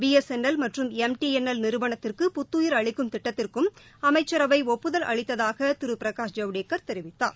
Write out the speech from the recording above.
BSNL மற்றும் MTNL நிறுவனத்திற்கு புத்துயிர் அளிக்கும் திட்டத்திற்கும் அமைச்சரவை ஒப்புதல் அளித்ததாக திரு பிரகாஷ் ஜவ்டேகர் தெரிவித்தார்